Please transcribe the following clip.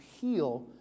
heal